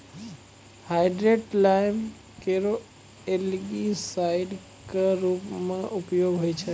hydrated lime केरो algicide क रूप म उपयोग होय छै